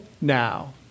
now